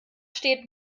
steht